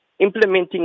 Implementing